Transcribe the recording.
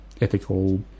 ethical